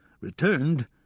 returned